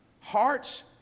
hearts